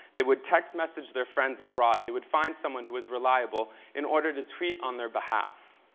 they would text message their friends abroad, they would find someone who was reliable in order to tweet on their behalf.